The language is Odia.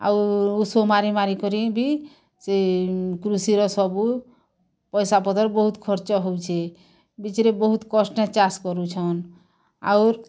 ଆଉ ଉଷୁ ମାରି ମାରି କରି ବି ସେ କୃଷି ର ସବୁ ପଇସା ପତର୍ ବହୁତ ଖର୍ଚ୍ଚ ହଉଛେ ବିଚାର୍ ବହୁତ କଷ୍ଟ ନ ଚାଷ୍ କରୁଛନ୍ ଆଉରୁ